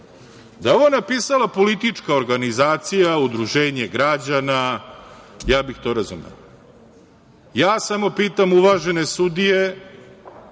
je ovo napisala politička organizacija, udruženje građana, ja bih to razumeo. Ja samo pitam uvažene sudije